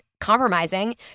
compromising